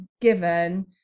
given